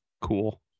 cool